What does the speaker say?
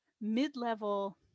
mid-level